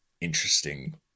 interesting